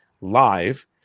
live